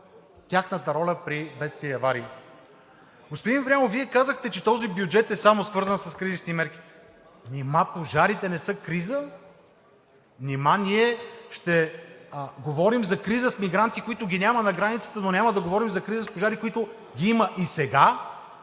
да участва при бедствия и аварии. Господин Ибрямов, Вие казахте, че този бюджет е свързан само с кризисните мерки. Нима пожарите не са криза? Нима ние ще говорим за криза с мигранти, които ги няма на границата, но няма да говорим за кризата с пожари, които ги има и сега.